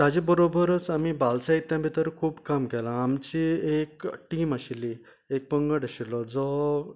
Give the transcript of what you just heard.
ताचे बरोबरच आमी बाल साहित्या भितर खूब काम केलां आमची एक टीम आशिल्ली एक पंगड आशिल्लो जो